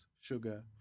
sugar